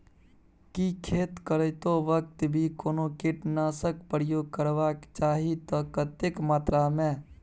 की खेत करैतो वक्त भी कोनो कीटनासक प्रयोग करबाक चाही त कतेक मात्रा में?